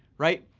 right?